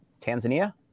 Tanzania